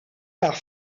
par